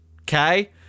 Okay